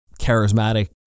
charismatic